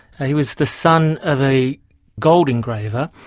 he was the son of a gold engraver,